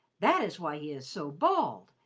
that is why he is so bald,